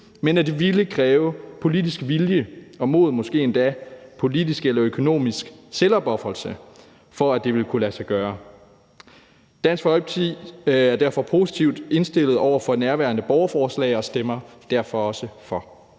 men at det ville kræve politisk vilje og mod, måske endda politisk eller økonomisk selvopofrelse, for at det ville kunne lade sig gøre. Dansk Folkeparti er derfor positivt indstillet over for nærværende borgerforslag og stemmer derfor også for.